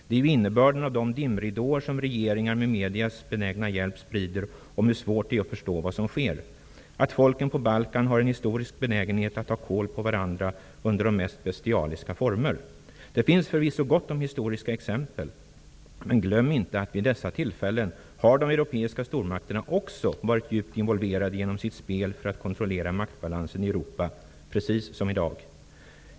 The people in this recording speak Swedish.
Det är ju innebörden av de dimridåer som regeringar med mediernas benägna hjälp sprider om hur svårt det är att förstå vad som sker, om att folken på Balkan har en historisk benägenhet att ta kål på varandra under de mest bestialiska former. Det finns förvisso gott om historiska exempel, men glöm inte att de europeiska stormakterna vid dessa tillfällen också har varit djupt involverade, genom sitt spel för att kontrollera maktbalansen i Europa -- precis som i dag.